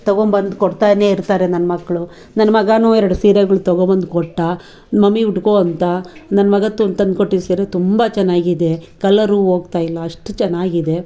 ತೊಗೊಂಬಂದು ಕೊಡ್ತಾನೆ ಇರ್ತಾರೆ ನನ್ಮಕ್ಳು ನನ್ಮಗನು ಎರ್ಡು ಸೀರೆಗಳು ತೊಗೊಂಬಂದ್ಕೊಟ್ಟ ಮಮ್ಮಿ ಉಟ್ಕೋ ಅಂತ ನನ್ಮಗ ತಂದು ತಂದ್ಕೊಟ್ಟಿದ್ದ ಸೀರೆ ತುಂಬ ಚೆನ್ನಾಗಿದೆ ಕಲರು ಹೋಗ್ತಾಯಿಲ್ಲ ಅಷ್ಟು ಚೆನ್ನಾಗಿದೆ